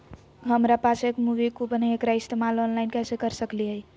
हमरा पास एक मूवी कूपन हई, एकरा इस्तेमाल ऑनलाइन कैसे कर सकली हई?